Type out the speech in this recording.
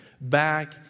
back